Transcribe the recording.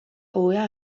ohea